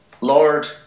Lord